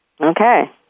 Okay